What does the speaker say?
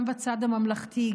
גם בצד הממלכתי,